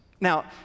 Now